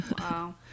Wow